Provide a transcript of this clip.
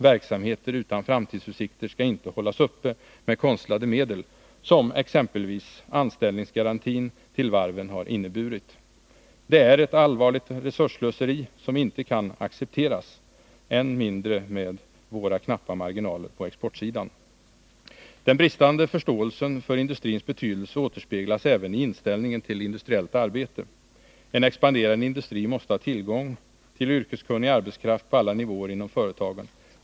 Verksamheter utan framtidsutsikter skall inte hållas uppe med konstlade medel, som exempelvis anställningsgarantin till varven har inneburit. Det är ett allvarligt resursslöseri som inte kan accepteras — än mindre med våra knappa marginaler på exportsidan. Den bristande förståelsen för industrins betydelse återspeglas även i inställningen till industriellt arbete. En expanderande industri måste ha tillgång till yrkeskunnig arbetskraft på alla nivåer inom företagen.